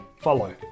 follow